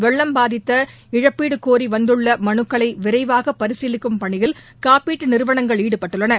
வெள்ளம் தொடர்பான இழப்பீடு கோரி வந்துள்ள மனுக்களை விரைவாக பரிசீலிக்கும் பணியில் காப்பீட்டு நிறுவனங்கள் ஈடுபட்டுள்ளன